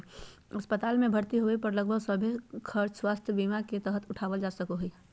अस्पताल मे भर्ती होबे पर लगभग सभे खर्च स्वास्थ्य बीमा के तहत उठावल जा सको हय